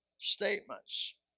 statements